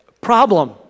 problem